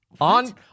On